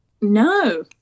no